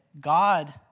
God